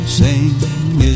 sing